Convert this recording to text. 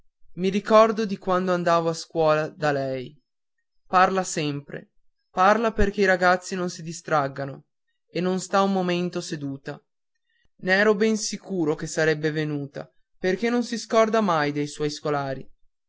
mi ricordo di quando andavo a scuola da lei parla sempre parla perché i ragazzi non si distraggano e non sta un momento seduta n'ero ben sicuro che sarebbe venuta perché non si scorda mai dei suoi scolari